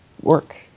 work